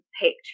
picked